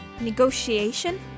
Negotiation